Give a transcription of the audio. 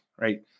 right